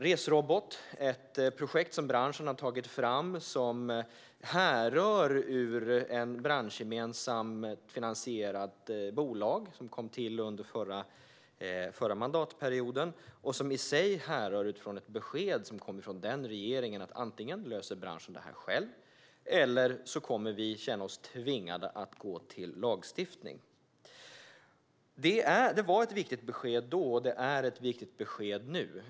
Resrobot är ett projekt som branschen har tagit fram och som härrör ur ett branschgemensamt finansierat bolag som kom till under förra mandatperioden. Det i sig härrör från ett besked som kom från den regeringen att antingen löser branschen dessa frågor själv eller så blir det tvunget att gå till lagstiftning. Det var ett viktigt besked då, och det är ett viktigt besked nu.